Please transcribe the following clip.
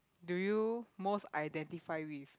do you most identify with